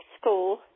school